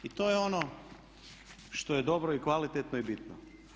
To je ono što je dobro i kvalitetno i bitno.